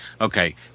okay